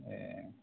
ए